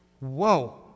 whoa